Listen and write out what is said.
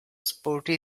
sporty